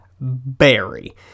Berry